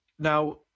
Now